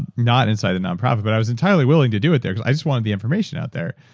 and not inside a nonprofit, but i was entirely willing to do it there. i just wanted the information out there.